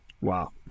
wow